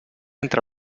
entre